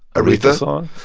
aretha song?